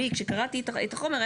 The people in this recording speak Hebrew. לי כשקראתי את החומר,